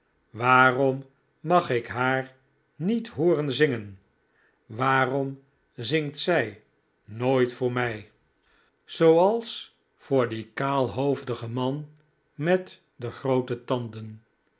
waarom mag ik haar niet hooren zingen waarom zingt zij nooit voor mij zooals voor dien kaalhoofdigen man met de groote tanden